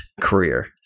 career